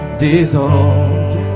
dissolve